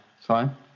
fine